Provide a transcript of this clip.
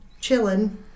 chilling